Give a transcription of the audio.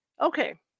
Okay